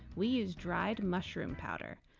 we use dried mushroom powder!